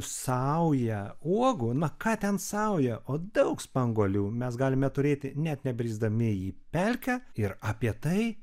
saują uogų na ką ten saują o daug spanguolių mes galime turėti net nebrisdami į pelkę ir apie tai